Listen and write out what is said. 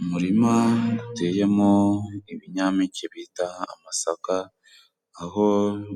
Umurima guteyemo ibinyampeke bita amasaka aho